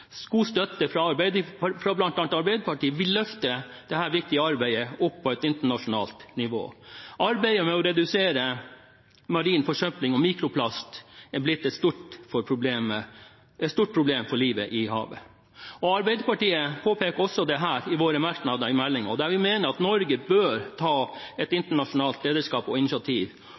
god støtte fra bl.a. Arbeiderpartiet vil løfte dette viktige arbeidet opp på et internasjonalt nivå. Vi må arbeide med å redusere marin forsøpling og mikroplast, som er blitt et stort problem for livet i havet. Arbeiderpartiet påpeker også dette i våre merknader til meldingen, der vi sier at Norge bør ta et internasjonalt lederskap og initiativ,